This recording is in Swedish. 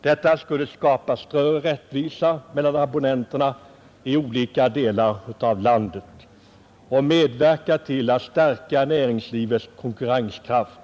Detta skulle skapa större rättvisa mellan abonnenterna i olika delar av landet och medverka till att stärka näringslivets konkurrenskraft.